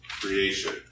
creation